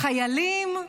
לחיילים?